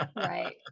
Right